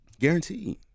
Guaranteed